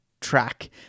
track